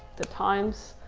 the times,